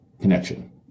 connection